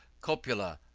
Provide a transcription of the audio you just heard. copula,